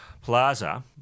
Plaza